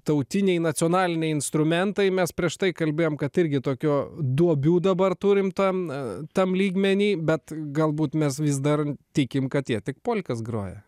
tautiniai nacionaliniai instrumentai mes prieš tai kalbėjom kad irgi tokio duobių dabar turim tam na tam lygmeny bet galbūt mes vis dar tikim kad jie tik polkas groja